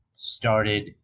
started